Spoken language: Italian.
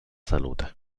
salute